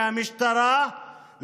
מהשוטרים,